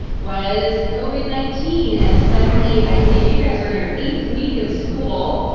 was covid nineteen, and suddenly, i believe you guys were in your eighth week of school,